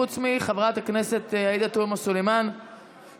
חוץ מחברת הכנסת עאידה תומא סלימאן,